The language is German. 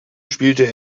spielte